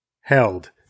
Held